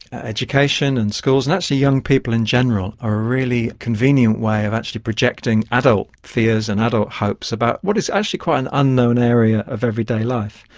education and schools and actually young people in general are a really convenient way of actually projecting adult fears and adult hopes about what is actually quite an unknown area of everyday life.